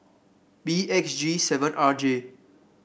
B X G seven R J